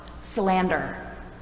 slander